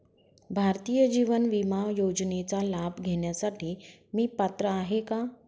भारतीय जीवन विमा योजनेचा लाभ घेण्यासाठी मी पात्र आहे का?